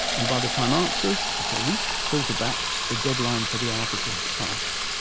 and by the time answers, if any, filter back, the deadline for the article has passed.